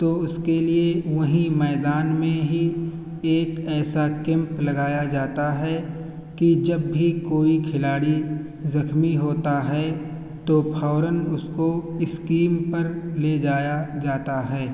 تو اس کے لیے وہیں میدان میں ہی ایک ایسا کیمپ لگایا جاتا ہے کہ جب بھی کوئی کھلاڑی زخمی ہوتا ہے تو فوراً اس کو اسکیم پر لے جایا جاتا ہے